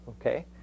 okay